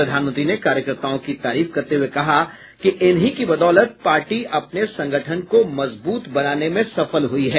प्रधानमंत्री ने कार्यकर्ताओं की तारीफ करते हुए कहा कि इन्हीं की बदौलत पार्टी अपने संगठन को मजबूत बनाने में सफल हुई है